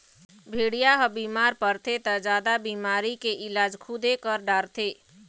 भेड़िया ह बिमार परथे त जादा बिमारी के इलाज खुदे कर डारथे